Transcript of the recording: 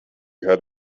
had